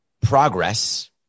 progress